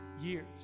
years